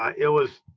ah it was